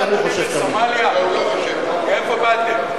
מאיפה באתם?